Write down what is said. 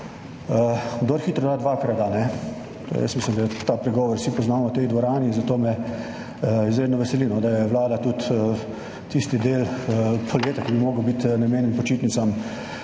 Kdor hitro da, dvakrat da, ne? Jaz mislim, da ta pregovor vsi poznamo v tej dvorani, zato me izredno veseli, da je vlada tudi tisti del poletja, ki bi moral biti namenjen počitnicam,